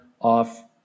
off